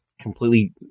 completely